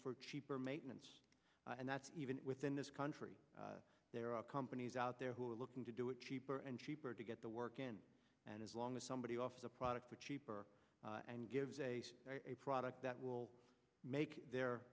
for cheaper maintenance and that's even within this country there are companies out there who are looking to do it cheaper and cheaper to get the work in and as long as somebody offers a product or cheaper and gives a product that will make their